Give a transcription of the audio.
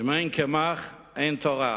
"אם אין קמח אין תורה".